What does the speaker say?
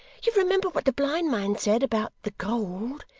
you remember what the blind man said, about the gold.